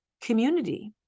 community